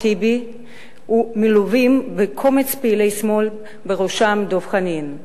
טיבי ומלווים בידי קומץ פעילי שמאל ובראשם דב חנין.